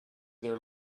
their